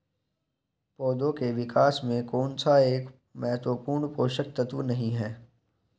पौधों के विकास में कौन सा एक महत्वपूर्ण पोषक तत्व नहीं है?